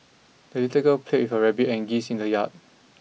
the little girl played with her rabbit and geese in the yard